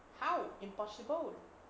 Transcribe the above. how impossible